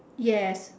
yes